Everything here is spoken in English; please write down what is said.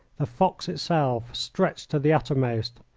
the fox itself, stretched to the uttermost.